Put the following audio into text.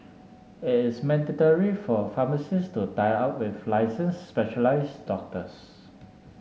it is mandatory for pharmacies to tie up with licenced specialized doctors